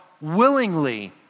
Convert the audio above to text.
willingly